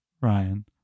Ryan